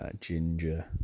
ginger